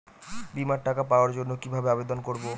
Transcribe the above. বিমার টাকা পাওয়ার জন্য কিভাবে আবেদন করব?